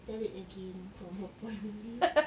tell it again from her point of view